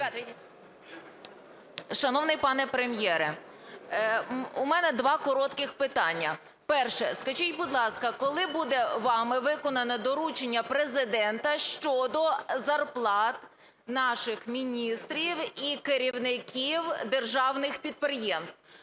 Шановний пане Прем'єре, у мене два коротких питання. Перше. Скажіть, будь ласка, коли буде вами виконане доручення Президента щодо зарплат наших міністрів і керівників державних підприємств?